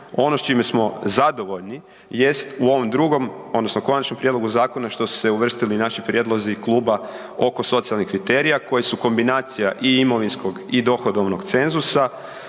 ono s čime smo zadovoljni jest u ovom drugom odnosno konačnom prijedlogu zakona što su se uvrstili naši prijedlozi kluba oko socijalnih kriterija koji su kombinacija i imovinskog i dohodovnog cenzusa